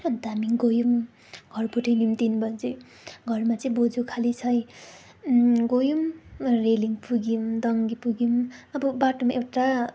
अन्त हामी गयौँ घरपट्टि घरमा चाहिँ बोजू खालि छ है गयौँ रेलिङ पुग्यौँ दङ्गी पुग्यौँ अब बाटोमा एउटा